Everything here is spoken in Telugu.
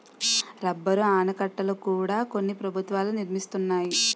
రబ్బరు ఆనకట్టల కూడా కొన్ని ప్రభుత్వాలు నిర్మిస్తున్నాయి